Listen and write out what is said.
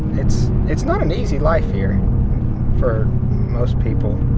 it's it's not an easy life here for most people.